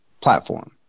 platform